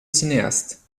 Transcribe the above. cinéaste